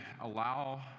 allow